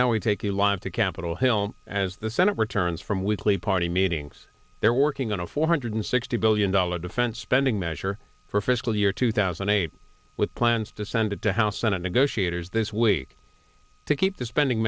now we take you live to capitol hill as the senate returns from weekly party meetings they're working on a four hundred sixty billion dollar defense spending measure for fiscal year two thousand and eight with plans to send it to house senate negotiators this week to keep the spending